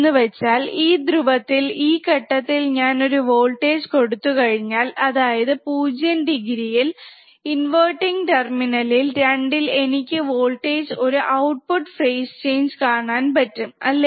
എന്നുവെച്ചാൽ ഈ ധ്രുവത്തിൽ ഈ ഘട്ടത്തിൽ ഞാനൊരു വോൾട്ടേജ് കൊടുത്തു കഴിഞ്ഞാൽ അതായത് 0 ഡിഗ്രിയിൽ ഇൻവെർട്ടിങ് ടെർമിനൽ രണ്ടിൽ എനിക്ക് വോൾട്ടേജിൽ ഒരു ഔട്ട്പുട്ട് ഫെയ്സ് ചേഞ്ച് കാണാൻ പറ്റും അല്ലേ